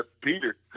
Peter